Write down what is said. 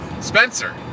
Spencer